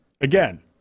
Again